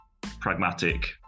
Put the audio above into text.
pragmatic